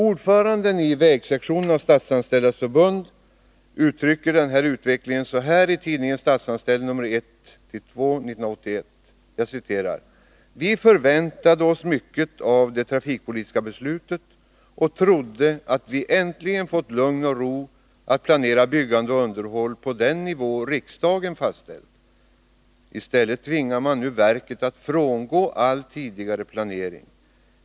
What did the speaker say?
Ordföranden i vägsektionen av Statsanställdas förbund uttrycker sig så här i tidningen Statsanställd, nr 1-2/1981: ”Vi förväntade oss mycket av det trafikpolitiska beslutet och trodde att vi äntligen fått lugn och ro att planera byggande och underhåll på den nivå riksdagen fastställt. I stället tvingar man nu verket att frångå all tidigare planering.